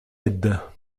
aide